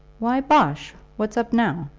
why bosh? what's up now?